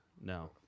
No